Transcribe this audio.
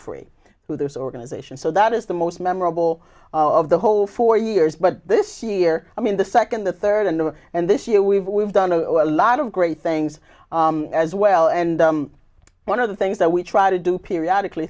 free who those org ization so that is the most memorable of the whole four years but this year i mean the second the third and and this year we've we've done a lot of great things as well and one of the things that we try to do periodically